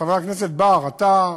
חבר הכנסת בר, אתה,